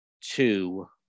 two